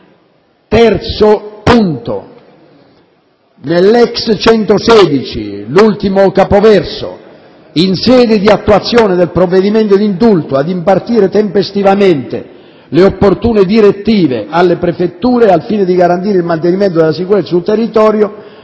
il Senato impegna il Governo, in sede di attuazione del provvedimento di indulto, - ad impartire tempestivamente le opportune direttive alle prefetture, al fine di garantire il mantenimento della sicurezza sul territorio